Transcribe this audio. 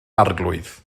arglwydd